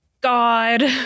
God